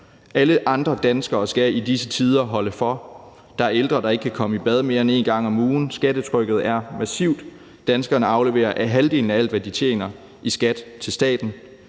Alle andre danskere skal i disse tider holde for. Der er ældre, der ikke kan komme i bad mere end en gang om ugen, skattetrykket er massivt, danskerne afleverer halvdelen af alt, hvad de tjener, i skat til staten,